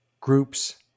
groups